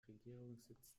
regierungssitz